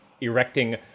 erecting